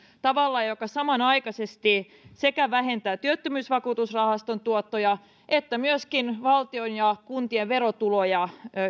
tavalla joka samanaikaisesti vähentää sekä työttömyysvakuutusrahaston tuottoja että myöskin valtion ja kuntien verotuloja